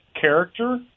character